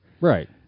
Right